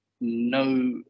no